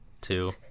two